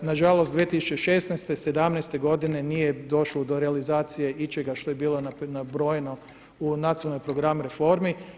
Nažalost 2016., 2017. godine nije došlo do realizacije ičega što je bilo nabrojano u nacionalni program reformi.